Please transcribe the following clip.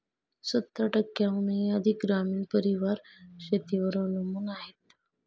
सत्तर टक्क्यांहून अधिक ग्रामीण परिवार शेतीवर अवलंबून आहेत